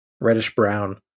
reddish-brown